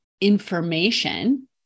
information